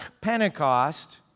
Pentecost